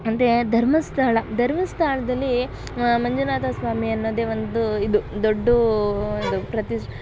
ಅಂದೇ ಧರ್ಮಸ್ಥಳ ಧರ್ಮಸ್ಥಳ್ದಲ್ಲಿ ಮಂಜುನಾಥ ಸ್ವಾಮಿ ಅನ್ನೋದೆ ಒಂದು ಇದು ದೊಡ್ಡ ಇದು ಪ್ರತಿಶ್